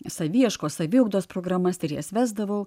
saviraiškos saviugdos programas tyrėjas vesdavau